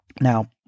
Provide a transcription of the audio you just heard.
Now